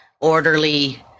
orderly